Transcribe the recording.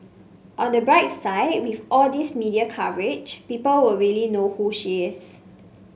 on the bright side with all these media coverage people will really know who she is